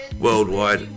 worldwide